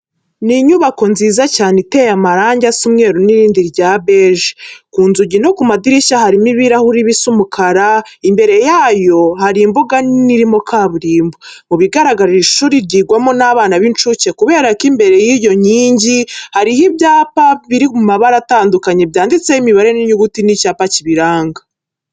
Ni inyubako nziza cyane iteye amarange asa umweru n'irindi rya beje. Ku nzugi no mu madirishya harimo ibirahure bisa umukara, imbere yayo hari imbuga nini irimo kaburimbo. Mu bigaragara iri ni ishuri ryigirwamo n'abana b'incuke kubera ko imbere ku nkingi hariho imyapa biri mu mabara atandukanye byanditseho imibare n'unyuguti n'icyapa kibiranga.